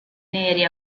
neri